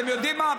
אתם יודעים מה?